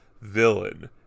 villain